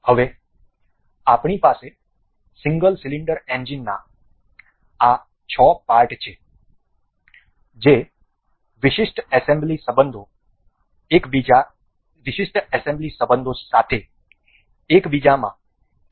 હવે આપણી પાસે સિંગલ સિલિન્ડર એન્જિનના આ 6 પાર્ટ છે જે વિશિષ્ટ એસેમ્બલી સંબંધો સાથે એક બીજામાં એસેમ્બલ થવા જોઈએ